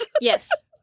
Yes